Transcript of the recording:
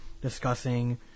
discussing